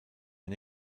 une